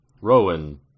Rowan